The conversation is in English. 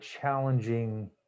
challenging